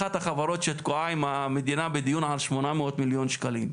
שאחת החברות שתקועה עם המדינה בדיון על שמונה מאות מיליון שקלים,